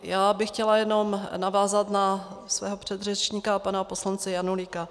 Já bych chtěla jenom navázat na svého předřečníka pana poslance Janulíka.